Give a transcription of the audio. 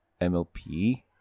MLP